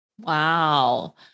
Wow